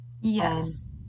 Yes